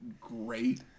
great